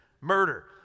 murder